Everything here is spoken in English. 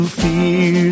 fear